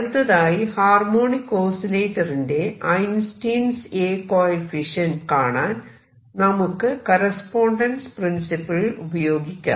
അടുത്തതായി ഹാർമോണിക് ഓസിലേറ്ററിന്റെ Einstein's A coefficient Einstein's A coefficient കാണാൻ നമുക്ക് കറസ്പോണ്ടൻസ് പ്രിൻസിപ്പിൾ ഉപയോഗിക്കാം